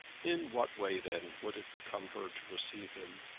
in what way then would it become her to receive him?